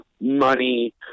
money